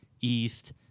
east